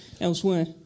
elsewhere